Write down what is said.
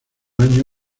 año